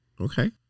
Okay